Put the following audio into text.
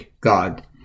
God